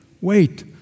wait